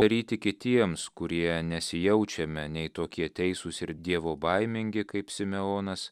aryti kitiems kurie nesijaučiame nei tokie teisūs ir dievobaimingi kaip simeonas